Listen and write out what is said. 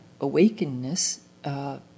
awakenness